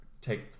take